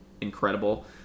incredible